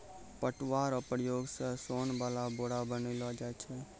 पटुआ रो प्रयोग से सोन वाला बोरा बनैलो जाय छै